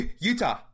Utah